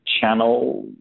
channel